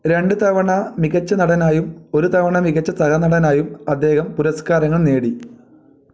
രണ്ട് തവണ മികച്ച നടനായും ഒരു തവണ മികച്ച സഹനടനായും അദ്ദേഹം പുരസ്കാരങ്ങള് നേടി